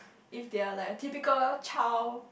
if they are like typical child